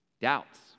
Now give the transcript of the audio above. doubts